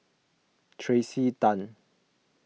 Tracey Tan